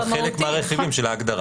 על חלק מהרכיבים של ההגדרה.